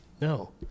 No